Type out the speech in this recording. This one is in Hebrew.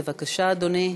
בבקשה, אדוני,